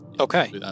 Okay